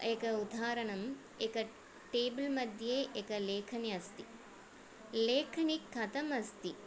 एकम् उदाहरणम् एकं टेबल्मध्ये एका लेखनी अस्ति लेखनी कथम् अस्ति